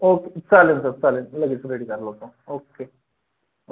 okay चालेल sir चालेल लगेच रेडी करायला लावतो ओके